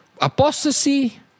apostasy